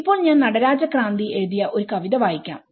ഇപ്പോൾ ഞാൻ നടരാജ ക്രാന്തി എഴുതിയ ഒരു കവിത വായിക്കാം